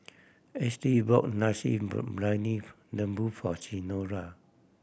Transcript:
Ashley bought Nasi Briyani Lembu for Senora